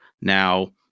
Now